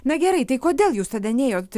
na gerai tai kodėl jūs tada neėjot